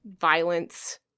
violence